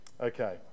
Okay